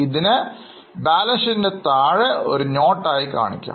എന്നാൽ ഇതിനെ ഒരു അടിക്കുറിപ്പായി കാണിക്കാം